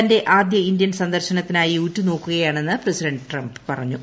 തന്റെ ആദ്യ ഇന്ത്യൻ സന്ദർശനത്തിനായി ഉറ്റു നോക്കുകയാണെന്ന് പ്രസിഡന്റ് ട്രംപ് പറഞ്ഞു